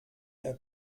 der